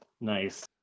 nice